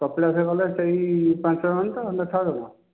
କପିଳାସ ଗଲେ ସେଇ ପାଞ୍ଚ ଜଣ ତ ନା ଛଅ ଜଣ